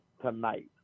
tonight